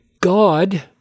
God